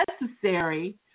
necessary